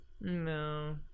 No